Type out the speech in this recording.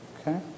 Okay